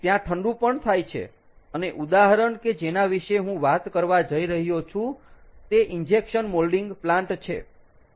ત્યાં ઠંડું પણ થાય છે અને ઉદાહરણ કે જેના વિશે હું વાત કરવા જઈ રહ્યો છું તે ઇન્જેક્શન મોલ્ડિંગ પ્લાન્ટ છે